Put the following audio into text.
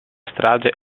strage